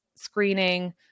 screening